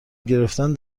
گرفتن